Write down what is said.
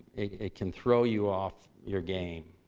it it can throw you off your game,